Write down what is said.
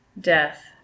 death